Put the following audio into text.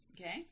Okay